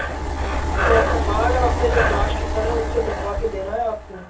हाँ तो अपना कार्ड और अपने जो क्लास टीचर हैं उनसे लिखवा के देना है आपको